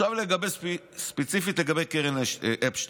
עכשיו ספציפית לגבי קרן וקסנר,